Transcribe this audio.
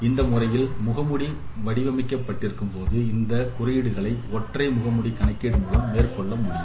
இந்த முறையில் முகமூடி வடிவமைக்கப்பட்டிருக்கும் போது இந்த கணக்கீடுகளை ஒற்றை முகமூடி கணக்கீடு மூலம் மேற்கொள்ள முடியும்